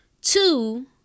Two